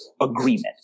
agreement